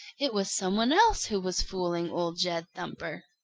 it was some one else who was fooling old jed thumper.